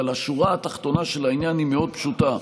אבל השורה התחתונה של העניין היא מאוד פשוטה: